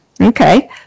Okay